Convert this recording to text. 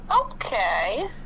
Okay